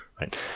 right